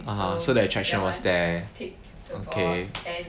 (uh huh) so the attraction was there okay